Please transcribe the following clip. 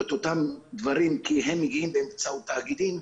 את אותם דברים, כי הם מגיעים באמצעות תאגידים.